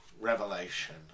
revelation